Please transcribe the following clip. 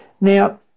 Now